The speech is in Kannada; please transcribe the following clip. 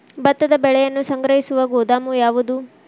ಭತ್ತದ ಬೆಳೆಯನ್ನು ಸಂಗ್ರಹಿಸುವ ಗೋದಾಮು ಯಾವದು?